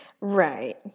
Right